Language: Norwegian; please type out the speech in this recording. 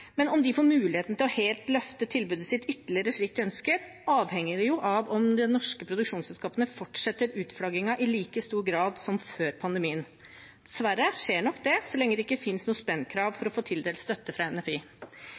Men om de får muligheten til å løfte tilbudet sitt ytterligere, slik de ønsker, avhenger av om de norske produksjonsselskapene fortsetter utflaggingen i like stor grad som før pandemien. Dessverre skjer nok det så lenge det ikke finnes noe spendkrav for å få tildelt støtte fra NFI.